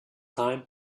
time